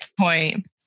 point